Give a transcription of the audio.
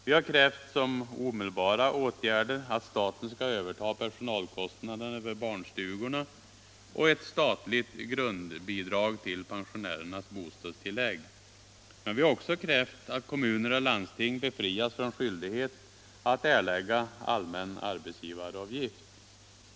Vi har som omedelbara åtgärder krävt ett statligt grundbidrag till pensionärernas bostadstillägg och att staten skall överta personalkostnaderna vid barnstugorna. Men vi har också krävt att kommuner och landsting befrias från skyldighet att erlägga allmän arbetsgivaravgift.